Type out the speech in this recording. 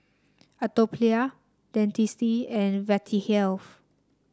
Atopiclair Dentiste and Vitahealth